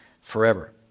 forever